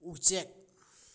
ꯎꯆꯦꯛ